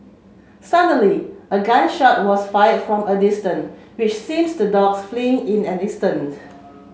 suddenly a gun shot was fired from a distance which seems the dogs fleeing in an instant